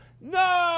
no